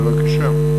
בבקשה.